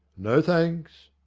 no thanks.